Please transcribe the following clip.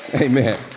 Amen